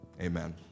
Amen